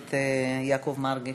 הכנסת יעקב מרגי.